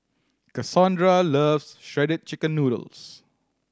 Cassondra loves Shredded Chicken Noodles